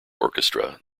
orchestra